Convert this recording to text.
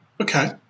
Okay